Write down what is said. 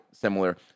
similar